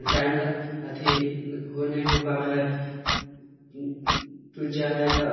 time ला अथी हो नहि हो पाबै हइ टुटि जाइ हइ तऽ